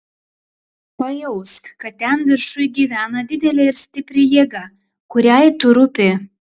pajausk kad ten viršuj gyvena didelė ir stipri jėga kuriai tu rūpi